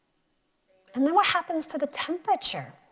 and then what happens to the temperature.